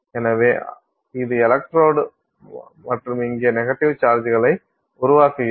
எனவே இது எலக்ட்ரோட் மற்றும் இங்கே நெகட்டிவ் சார்ஜ்களை உருவாக்குகிறோம்